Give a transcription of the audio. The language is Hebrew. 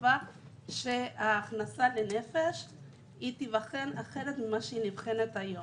נקבע שההכנסה לנפש תיבחן אחרת ממה שהיא נבחנת היום.